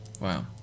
Wow